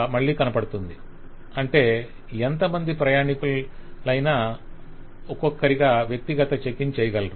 మళ్ళీ కనపడుతుంది అంటే ఎంతమంది ప్రయాణీకులైనా ఒక్కొక్కరిగా వ్యక్తిగత చెక్ ఇన్ చేయగలరు